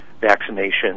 vaccination